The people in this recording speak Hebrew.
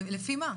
לפי מה?